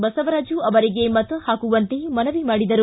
ಬಸವರಾಜು ಅವರಿಗೆ ಮತ ಹಾಕುವಂತೆ ಮನವಿ ಮಾಡಿದರು